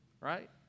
right